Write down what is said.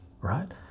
right